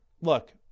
look